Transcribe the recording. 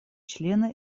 члены